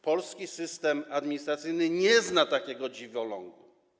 Polski system administracyjny nie zna takiego dziwoląga.